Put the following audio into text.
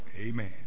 Amen